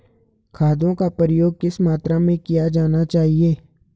खादों का प्रयोग किस मात्रा में किया जाना चाहिए?